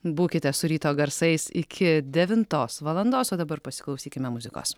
būkite su ryto garsais iki devintos valandos o dabar pasiklausykime muzikos